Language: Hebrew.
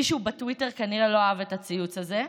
מישהו בטוויטר כנראה לא אהב את הציוץ הזה,